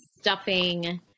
Stuffing